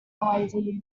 idea